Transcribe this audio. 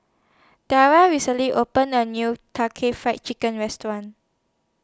Tara recently opened A New Karaage Fried Chicken Restaurant